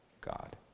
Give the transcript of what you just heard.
God